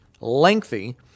lengthy